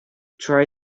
try